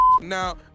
Now